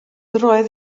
roedd